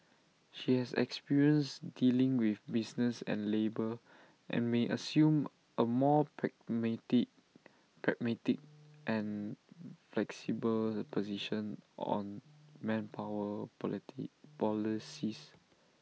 she has experience dealing with business and labour and may assume A more pragmatic pragmatic and flexible position on manpower polity policies